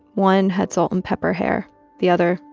one had salt-and-pepper hair the other,